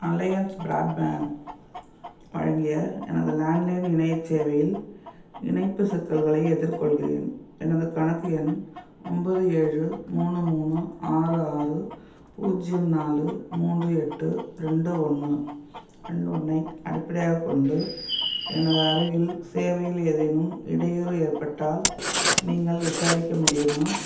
alliance broadband வழங்கிய எனது landline இணையச் சேவையில் இணைப்பு சிக்கல்களை எதிர்கொள்கிறேன் எனது கணக்கு எண் ஒம்போது ஏழு மூணு மூணு ஆறு ஆறு பூஜ்ஜியம் நாலு மூன்று எட்டு ரெண்டு ஒன்று ரெண்டு ஒன்றை அடிப்படையாக கொண்டு எனது அருகில் சேவையில் ஏதேனும் இடையூறு ஏற்பட்டால் நீங்கள் விசாரிக்க முடியுமா